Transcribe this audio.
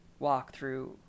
walkthrough